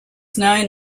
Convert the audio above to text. known